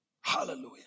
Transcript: hallelujah